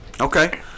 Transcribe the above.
Okay